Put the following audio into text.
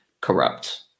corrupt